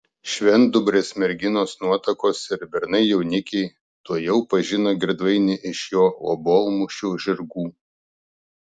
švendubrės merginos nuotakos ir bernai jaunikiai tuojau pažino girdvainį iš jo obuolmušių žirgų